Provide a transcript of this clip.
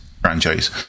franchise